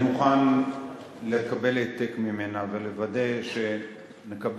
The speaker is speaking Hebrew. אני מוכן לקבל העתק ממנה ולוודא שנקבל